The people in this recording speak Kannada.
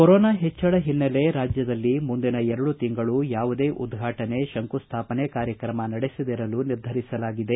ಕೊರೋನಾ ಹೆಚ್ಚಳ ಓನ್ನೆಲೆ ರಾಜ್ವದಲ್ಲಿ ಮುಂದಿನ ಎರಡು ತಿಂಗಳು ಯಾವುದೇ ಉದ್ಘಾಟನೆ ಶಂಕುಸ್ವಾಪನೆ ಕಾರ್ಯಕ್ರಮ ನಡೆಸದಿರಲು ನಿರ್ಧರಿಸಲಾಗಿದೆ